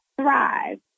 thrive